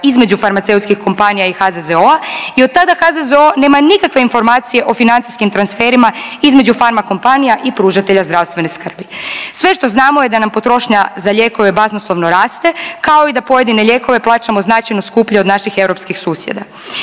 između farmaceutskih kompanija i HZZO-a i od tada HZZO nema nikakve informacije o financijskim transferima između farma kompanija i pružatelja zdravstvene skrbi. Sve što znamo je da nam potrošnja za lijekove basnoslovno raste kao i da pojedine lijekove plaćamo značajno skuplje od naših europskih susjeda.